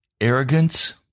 arrogance